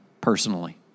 personally